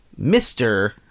Mr